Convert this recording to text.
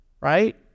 right